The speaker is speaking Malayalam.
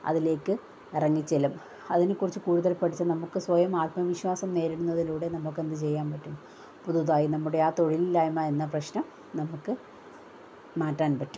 അതിലേക്ക് ഇറങ്ങി ചെല്ലും അതിനെക്കുറിച്ച് കൂടുതൽ പഠിച്ചാൽ നമുക്ക് സ്വയം ആത്മവിശ്വാസം നേടുന്നതിലൂടെ നമുക്കെന്ത് ചെയ്യാൻ പറ്റും പുതുതായി നമ്മുടെ ആ തൊഴിലില്ലായ്മ എന്ന പ്രശ്നം നമുക്ക് മാറ്റാൻ പറ്റും